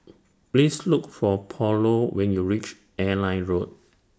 Please Look For Paulo when YOU REACH Airline Road